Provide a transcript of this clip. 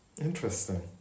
interesting